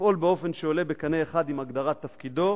לפעול באופן שעולה בקנה אחד עם הגדרת תפקידו,